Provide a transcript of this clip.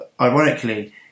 ironically